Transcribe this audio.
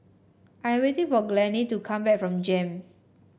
I waiting for Glennie to come back from JEM